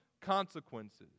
consequences